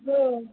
हो